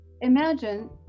imagine